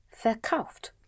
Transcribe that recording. verkauft